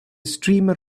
streamer